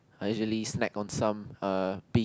I usually snack on some err pea